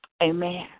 Amen